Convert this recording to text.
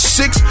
six